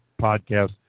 podcast